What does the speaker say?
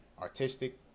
artistic